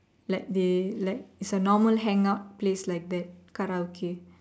like they like it's a normal hangout place like that karaoke